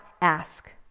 ask